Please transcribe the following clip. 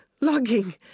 logging